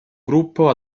gruppo